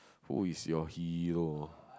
who is your hero